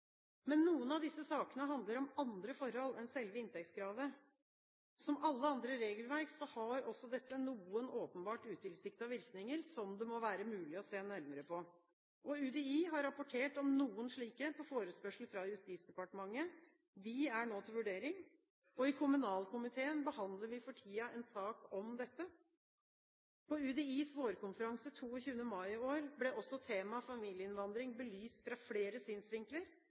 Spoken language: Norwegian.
Men noen av disse sakene handler om andre forhold enn selve inntektskravet. Som alle andre regelverk har også dette noen åpenbart utilsiktede virkninger som det må være mulig å se nærmere på. UDI har rapportert om noen slike på forespørsel fra Justisdepartementet. De er nå til vurdering. I kommunalkomiteen behandler vi for tiden en sak om dette. På UDIs vårkonferanse 22. mai i år ble temaet familieinnvandring belyst fra flere synsvinkler.